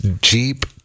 Jeep